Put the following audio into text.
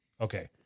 Okay